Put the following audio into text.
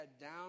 down